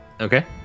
okay